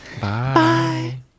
Bye